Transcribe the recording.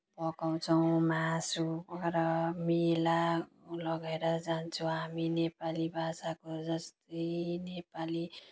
पकाउँछौँ मासु पकाएर मेला लगेर जान्छौँ हामी नेपाली भाषाको जस्तै नेपाली